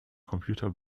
computer